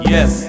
Yes